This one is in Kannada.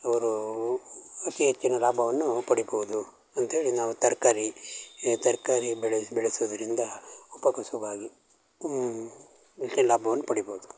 ಅವರು ಅತಿ ಹೆಚ್ಚಿನ ಲಾಭವನ್ನು ಪಡಿಬೋದು ಅಂತ್ಹೇಳಿ ನಾವು ತರಕಾರಿ ಈ ತರಕಾರಿ ಬೆಳೆ ಬೆಳೆಸೋದರಿಂದ ಉಪಕಸುಬಾಗಿ ಹೆಚ್ಚಿನ್ ಲಾಭವನ್ನು ಪಡಿಬೋದು